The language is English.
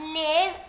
live